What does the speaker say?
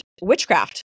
witchcraft